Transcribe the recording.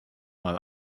mal